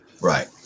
Right